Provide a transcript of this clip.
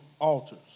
altars